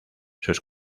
sus